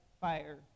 fire